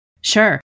Sure